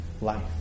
life